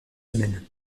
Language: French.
humaine